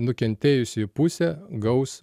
nukentėjusioji pusė gaus